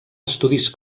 estudis